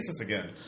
again